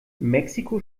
mexiko